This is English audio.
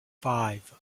five